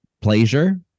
pleasure